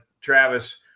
Travis